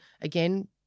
again